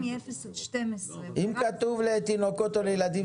לאוכלוסיות מגיל אפס עד 12. אם כתוב לתינוקות או לילדים,